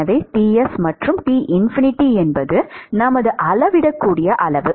எனவே Ts மற்றும் T∞ என்பது நமது அளவிடக்கூடிய அளவு